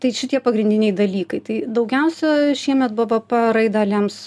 tai šitie pagrindiniai dalykai tai daugiausia šiemet bvp raidą lems